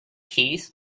keys